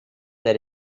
that